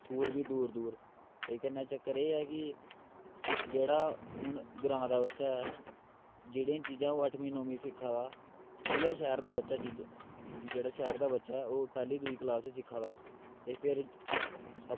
school बी दूर दूर ते कन्नै चक्कर एह् ऐ कि जेह्ड़ा हून ग्रांऽ दा बच्चा ऐ जेह्ड़ियां चीजां ओह् अट्ठमीं नौमीं च सिक्खा दा उ'ऐ शैह्र दा बच्चा चीजां जेह्ड़ा शैह्र दा बच्चा ऐ ओह् पैह्ली दूई क्लास च सिक्खा दा ते फिर आपूं